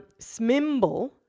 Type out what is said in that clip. Smimble